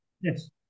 Yes